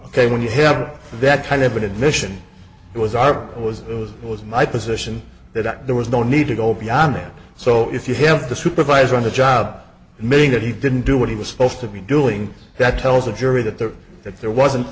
ok when you have that kind of an admission it was i was it was was my position that there was no need to go beyond that so if you have the supervisor on the job making that he didn't do what he was supposed to be doing that tells the jury that there that there wasn't